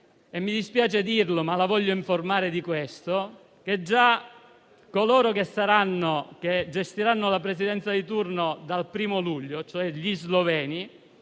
mi dispiace dire - ma la voglio informare di questo, signor Presidente - che coloro che gestiranno la presidenza di turno dal primo luglio, cioè gli sloveni,